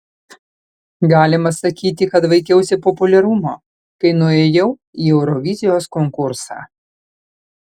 galima sakyti kad vaikiausi populiarumo kai nuėjau į eurovizijos konkursą